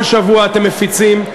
כל שבוע אתם מפיצים.